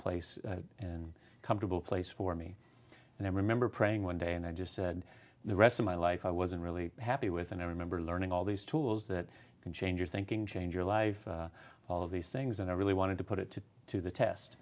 place and comfortable place for me and i remember praying one day and i just said the rest of my life i wasn't really happy with and i remember learning all these tools that can change your thinking change your life all of these things and i really wanted to put it to the test